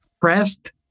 pressed